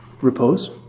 repose